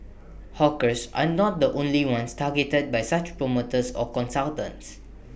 hawkers are not the only ones targeted by such promoters or consultants